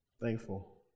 Thankful